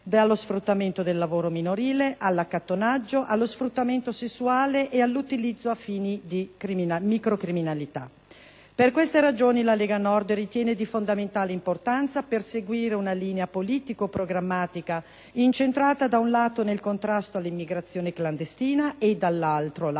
dallo sfruttamento del lavoro minorile all'accattonaggio, allo sfruttamento sessuale e all'utilizzo a fini di microcriminalità. Per queste ragioni la Lega Nord ritiene di fondamentale importanza perseguire una linea politico-programmatica incentrata da un lato nel contrasto all'immigrazione clandestina e dall'altro lato nel